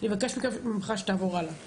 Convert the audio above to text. אני מבקשת ממך שתעבור הלאה.